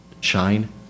Shine